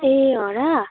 ए हो र